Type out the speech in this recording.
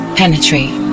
penetrate